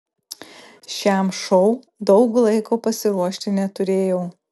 šiam šou daug laiko pasiruošti neturėjau